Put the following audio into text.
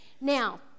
Now